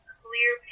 clear